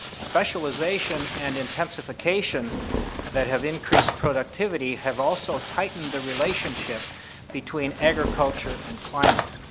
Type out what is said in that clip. specialization and intensification that have increased productivity have also tightened the relationship between agriculture and climate.